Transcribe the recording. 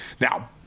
Now